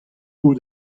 out